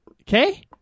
Okay